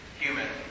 human